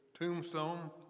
tombstone